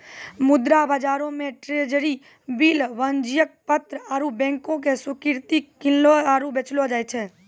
मुद्रा बजारो मे ट्रेजरी बिल, वाणिज्यक पत्र आरु बैंको के स्वीकृति किनलो आरु बेचलो जाय छै